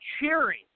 cheering